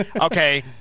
Okay